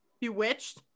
Bewitched